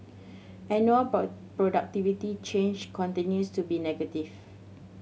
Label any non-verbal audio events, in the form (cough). annual (unintelligible) productivity change continues to be negative